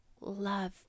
love